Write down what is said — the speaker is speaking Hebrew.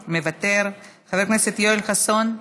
מוותר, חבר הכנסת יואל חסון,